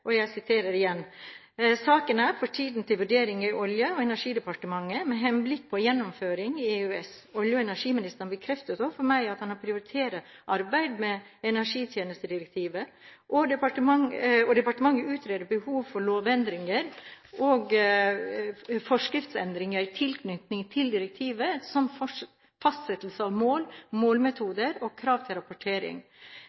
er for tiden til vurdering i Olje- og energidepartementet, med henblikk på gjennomføring i EØS. Olje- og energiministeren har bekreftet overfor meg at han prioriterer arbeidet med energitjenestedirektivet, og departementet utreder behovet for lovendringer og forskriftsendringer i tilknytning til direktivet samt fastsettelse av mål,